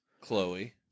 Chloe